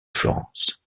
florence